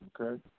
Okay